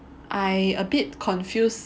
I a bit confused